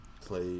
play